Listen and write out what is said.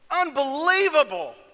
unbelievable